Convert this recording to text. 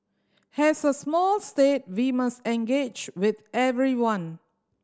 as a small state we must engage with everyone